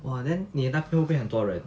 !wah! then 你的那边会不会很多人